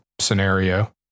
scenario